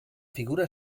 figura